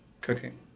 cooking